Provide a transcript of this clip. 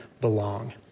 belong